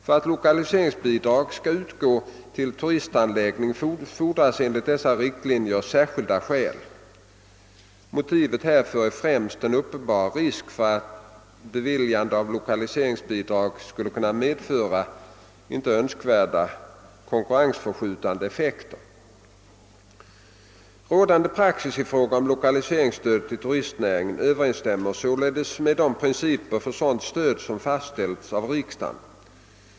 För att lokaliseringsbidrag skall utgå till turistanläggning fordras enligt dessa riktlinjer särskilda skäl. Motivet härför är främst den uppenbara risken för att beviljande av lokaliseringsbidrag skulle kunna medföra inte önskvärda konkurrensförskjutande effekter. Rådande praxis i fråga om lokaliseringsstöd till turistnäringen Ööverensstämmer sålunda med de principer för sådant stöd som fastställts av riksdagen.